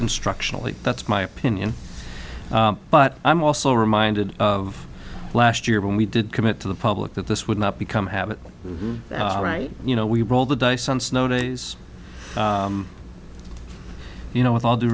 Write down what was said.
instructional and that's my opinion but i'm also reminded of last year when we did commit to the public that this would not become habit right you know we roll the dice on snow days you know with all due